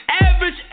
average